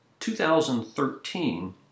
2013